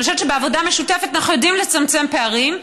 ואני חושבת שבעבודה משותפת אנחנו יודעים לצמצם פערים.